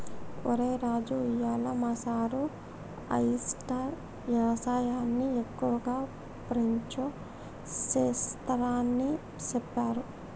ఒరై రాజు ఇయ్యాల మా సారు ఆయిస్టార్ యవసాయన్ని ఎక్కువగా ఫ్రెంచ్లో సెస్తారని సెప్పారు